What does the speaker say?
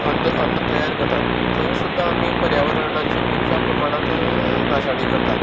अन्न अन्न तयार जाता थंय सुद्दां आमी पर्यावरणाची खुबश्या प्रमाणांत नाशाडी करता